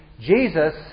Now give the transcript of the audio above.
Jesus